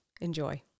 Enjoy